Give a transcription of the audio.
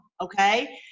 okay